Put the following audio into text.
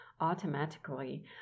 automatically